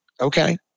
Okay